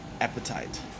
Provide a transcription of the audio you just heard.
appetite